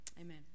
Amen